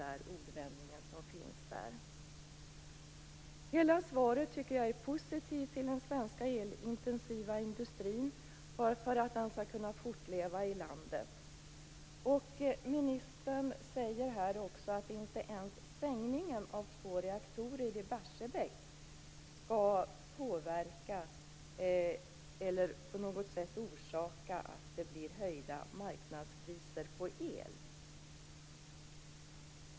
Jag tycker att ministern i svaret är positiv till den svenska elintensiva industrin och till att den skall kunna fortleva i landet. Ministern säger också att inte ens stängningen av två reaktorer i Barsebäck skall påverka eller på något sätt orsaka att det blir höjda marknadspriser på el.